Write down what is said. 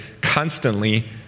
constantly